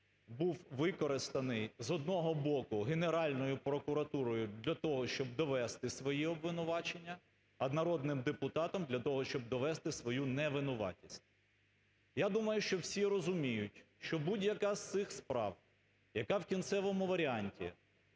був використаний, з одного боку, Генеральною прокуратурою для того, щоб довести свої обвинувачення, а народним депутатом для того, щоб довести свою невинуватість. Я думаю, що всі розуміють, що будь-яка з цих справ, яка в кінцевому варіанті